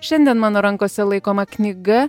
šiandien mano rankose laikoma knyga